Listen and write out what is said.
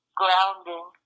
grounding